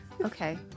Okay